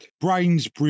Brains